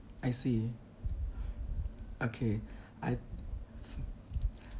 I see okay I f~